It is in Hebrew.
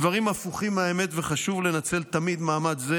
הדברים הפוכים מהאמת וחשוב לנצל תמיד מעמד זה